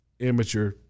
Amateur